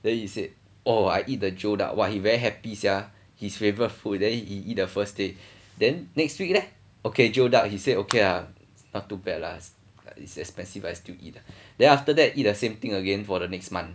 then he said oh I eat the geoduck !wah! he very happy sia his favourite food then he eat the first day then next week leh okay geoduck he said okay ah not too bad lah is expensive I still eat then after that eat the same thing again for the next month